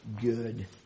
good